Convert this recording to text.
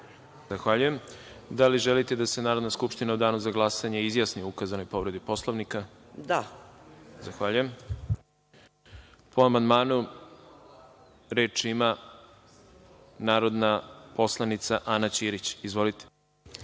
Zahvaljujem. Da li želite da se Narodna skupština u danu za glasanje izjasni o ukazanoj povredi Poslovnika? (Da.)Zahvaljujem. Po amandmanu reč ima narodna poslanica Ana Ćirić. Izvolite.